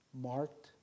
marked